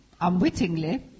Unwittingly